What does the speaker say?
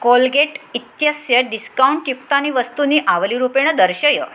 Colgate इत्यस्य discount युक्तानि वस्तूनि आवलीरूपेण दर्शय